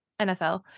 nfl